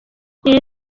iri